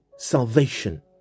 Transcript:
Salvation